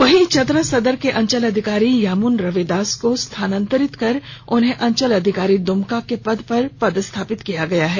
वहीं चतरा सदर के अंचल अधिकारी यामुन रविदास को स्थानांतरित कर उन्हें अंचल अधिकारी दुमका के पद पर पदस्थापित किया है